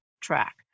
track